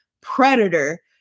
predator